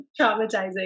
traumatizing